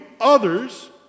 others